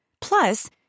Plus